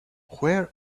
where